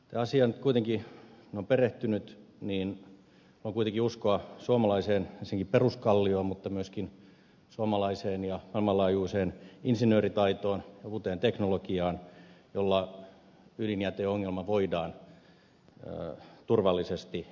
nyt kuitenkin kun asiaan olen perehtynyt voin uskoa ensinnäkin suomalaiseen peruskallioon mutta myöskin suomalaiseen ja maailmanlaajuiseen insinööritaitoon uuteen teknologiaan jolla ydinjäteongelma voidaan turvallisesti ratkaista